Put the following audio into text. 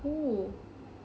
oh